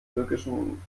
türkischen